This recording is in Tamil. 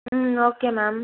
ம் ஓகே மேம்